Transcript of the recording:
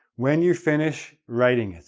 when you finish writing it,